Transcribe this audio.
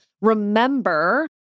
remember